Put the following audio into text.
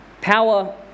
Power